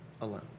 alone